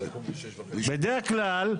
בדרך כלל,